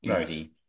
Easy